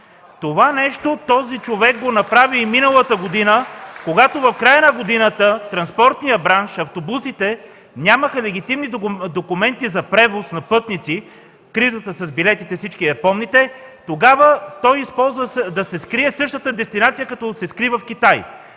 Това нещо този човек го направи и миналата година, когато в края на годината в транспортния бранш, автобусите нямаха легитимни документи за превоз на пътници, кризата с билетите всички я помните. Тогава той използва да се скрие в същата дестинация, като се скри в Китай.